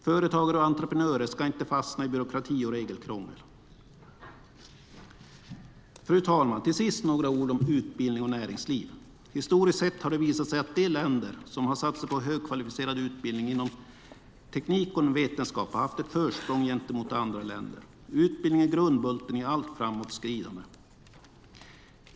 Företagare och entreprenörer ska inte fastna i byråkrati och regelkrångel. Fru talman! Till sist vill jag säga några ord om utbildning och näringsliv. Historiskt sett har det visat sig att de länder som satsat på högkvalificerad utbildning inom teknik och vetenskap haft ett försprång gentemot andra länder. Utbildning är grundbulten i allt framåtskridande.